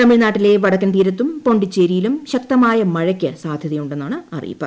തമിഴ്നാട്ടിലെ വടക്കൻ തീരത്തും പോണ്ടിച്ചേരിയിലും ശക്തമായ മഴയ്ക്ക് സാധൃതയുണ്ടെന്നാണ് അറിയിപ്പ്